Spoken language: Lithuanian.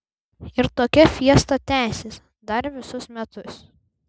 ir tokia fiesta tęsis dar visus metus